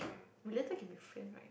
related can be friend right